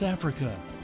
Africa